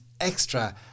extra